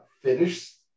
finish